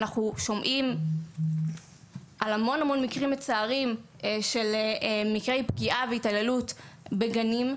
אנחנו שומעים על המון-המון מקרים מצערים של מקרי פגיעה והתעללות בגנים,